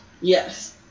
Yes